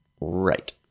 Right